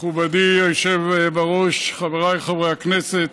בראש, חבריי חברי הכנסת,